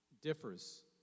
differs